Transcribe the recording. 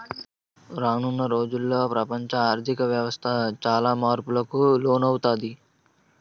రానున్న రోజుల్లో ప్రపంచ ఆర్ధిక వ్యవస్థ చాలా మార్పులకు లోనవుతాది